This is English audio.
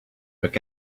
back